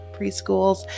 preschools